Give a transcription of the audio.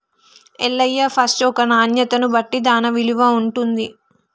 Ellaiah first ఒక నాణ్యతను బట్టి దాన్న విలువ ఉంటుంది